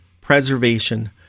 preservation